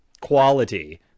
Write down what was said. quality